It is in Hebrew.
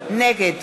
נגד